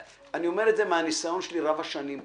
אני אומר את זה מהניסיון רב השנים שלי פה.